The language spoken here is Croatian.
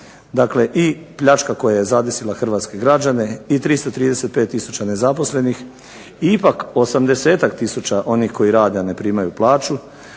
Dakle, i pljačka koja je zadesila hrvatske građane i 335000 nezaposlenih i ipak osamdesetak tisuća onih koji rade a ne primaju plaću,